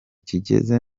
kigeze